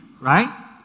right